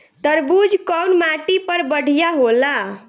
तरबूज कउन माटी पर बढ़ीया होला?